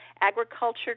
Agriculture